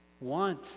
want